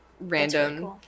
random